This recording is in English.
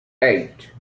eight